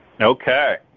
Okay